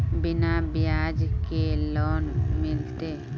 बिना ब्याज के लोन मिलते?